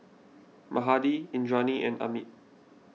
Mahade Indranee and Amit